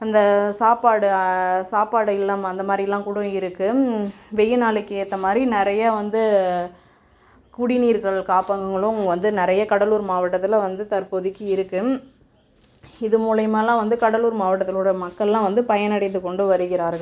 அந்த சாப்பாடு சாப்பாடு இல்லம் அந்த மாதிரிலாம் கூட இருக்கு வெயில் நாளைக்கு ஏற்ற மாதிரி நிறைய வந்து குடிநீர்கள் காப்பகங்களும் வந்து நிறைய கடலூர் மாவட்டத்தில் வந்து தற்போதைக்கு இருக்கு இது மூலயமாலாம் வந்து கடலூர் மாவட்டத்தோடய மக்களெலாம் வந்து பயனடைந்து கொண்டு வருகிறார்கள்